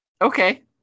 Okay